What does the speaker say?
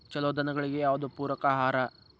ಛಲೋ ದನಗಳಿಗೆ ಯಾವ್ದು ಪೂರಕ ಆಹಾರ?